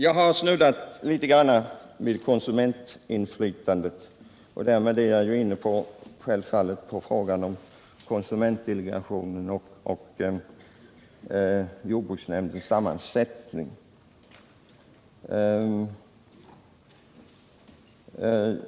Jag har snuddat litet vid konsumentinflytandet, och därmed kommer jagin på frågan om konsumentdelegationen och jordbruksnämndens sammansättning.